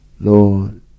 Lord